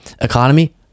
economy